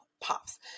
pops